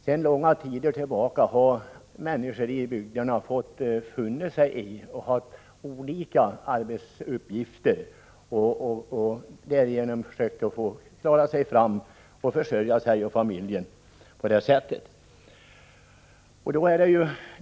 Sedan lång tid tillbaka har människorna i glesbygden fått finna sig i att ta olika arbeten — man har försökt klara sig fram och försörja sig själv och sin familj.